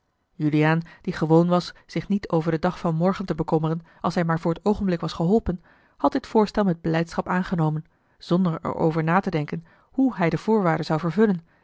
juliaan die gewoon was zich niet over den dag van morgen te bekommeren als hij maar voor t oogenblik was geholpen had dit voorstel met blijdschap aangenomen zonder er over na te denken hoe hij de voorwaarde zou vervullen